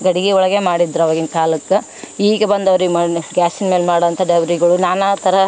ಗಡಿಗೆ ಒಳಗೆ ಮಾಡಿದ್ರೆ ಆವಗಿನ್ ಕಾಲಕ್ಕೆ ಈಗ ಬಂದವ್ರಿಗೆ ಮಾಡ್ನ ಗ್ಯಾಸಿನ ಮೇಲೆ ಮಾಡೋಂಥ ದಬ್ರಿಗಳು ನಾನಾ ತರಹ